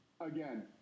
again